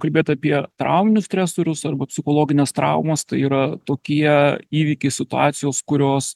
kalbėt apie trauminius stresorius arba psichologines traumas yra tokie įvykiai situacijos kurios